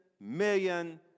million